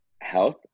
health